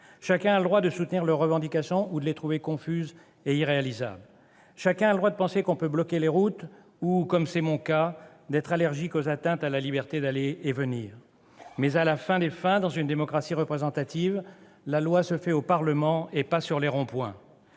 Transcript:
chacun a le droit de soutenir leurs revendications ou de les trouver confuses et irréalisables, chacun a le droit de penser qu'on peut bloquer les routes ou, comme c'est mon cas, d'être allergique aux atteintes à la liberté d'aller et venir. Mais, à la fin des fins, dans une démocratie représentative, la loi se fait au Parlement et pas sur les ronds-points